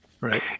Right